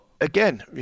again